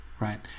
right